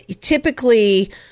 typically